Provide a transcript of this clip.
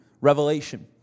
revelation